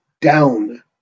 down